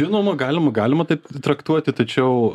žinoma galime galima taip traktuoti tačiau